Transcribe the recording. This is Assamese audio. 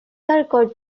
তাৰ